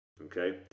Okay